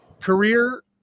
career